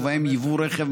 ובהם יבוא רכב,